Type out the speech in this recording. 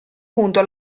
punto